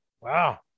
Wow